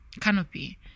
canopy